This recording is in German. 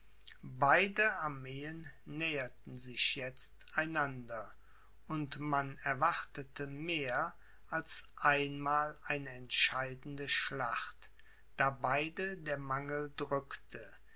beide armeen näherten sich jetzt einander und man erwartete mehr als einmal eine entscheidende schlacht da beide der mangel drückte